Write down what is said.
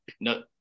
no